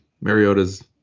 Mariota's